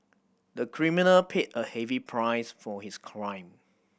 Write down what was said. the criminal paid a heavy price for his crime